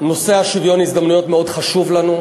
נושא שוויון ההזדמנויות מאוד חשוב לנו,